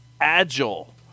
agile